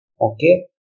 okay